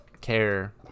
care